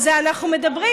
על זה אנחנו מדברים.